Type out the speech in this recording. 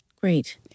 Great